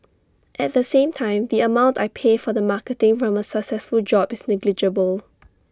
at the same time the amount I pay for the marketing from A successful job is negligible